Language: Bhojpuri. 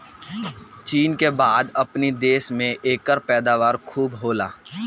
चीन के बाद अपनी देश में एकर पैदावार खूब होला